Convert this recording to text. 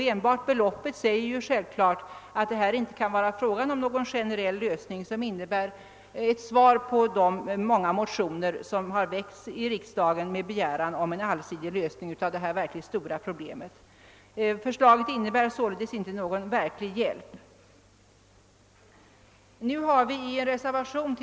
Enbart beloppets storlek säger att det inte kan vara fråga om någon generell lösning som innebär ett svar på de många motioner som har väckts i riksdagen med begäran om en allsidig lösning av detta verkligt stora problem. Förslaget innebär således inte någon verklig hjälp.